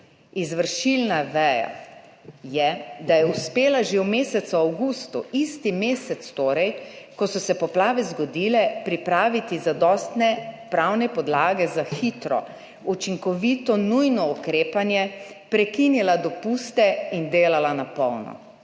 Izvršilna veja je, da je uspela že v mesecu avgustu, isti mesec torej, ko so se poplave zgodile, pripraviti zadostne pravne podlage za hitro, učinkovito, nujno ukrepanje, prekinila dopuste in delala na polno.